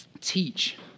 teach